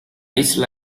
isla